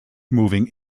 moving